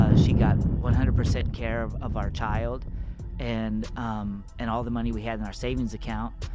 ah she got one hundred percent care of of our child and, um, and all the money we had in our savings account.